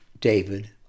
David